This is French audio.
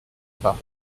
pas